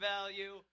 value